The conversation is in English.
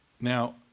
Now